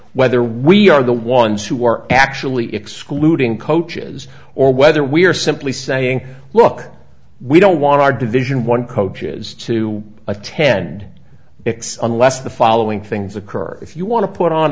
whether we are the ones who are actually excluding coaches or whether we are simply saying look we don't want our division one coaches to attend unless the following things occur if you want to put on